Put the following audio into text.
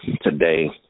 today